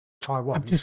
Taiwan